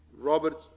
Robert